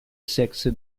sexe